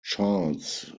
charles